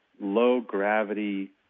low-gravity